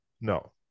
No